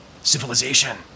civilization